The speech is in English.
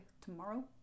Tomorrow